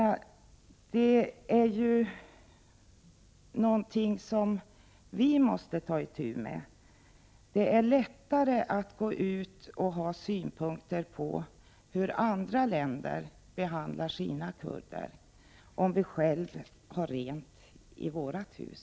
Detta är något som vi måste ta itu med. Det är lättare att gå ut och ha synpunkter på hur andra länder behandlar sina kurder om vi själva har rent i vårt hus.